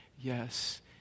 Yes